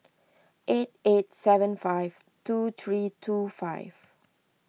eight eight seven five two three two five